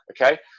okay